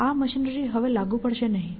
આ મશીનરી હવે લાગુ પડશે નહીં